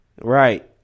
Right